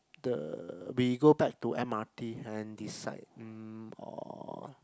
the we go back to m_r_t and decide mm or